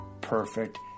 perfect